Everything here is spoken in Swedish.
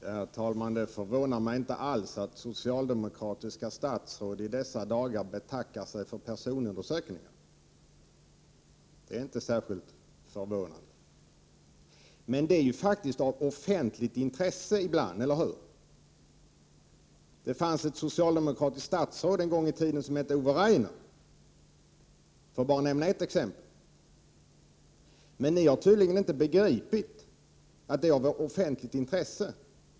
Herr talman! Det förvånar mig inte alls att socialdemokratiska statsråd i dessa dagar betackar sig för personundersökningar. Men detta är faktiskt av offentligt intresse ibland, eller hur? Det fanns en gång i tiden ett socialdemokratiskt statsråd som hette Ove Rainer, för att bara nämna ett exempel. Men ni har tydligen inte begripit att detta är av offentligt intresse.